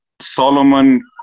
Solomon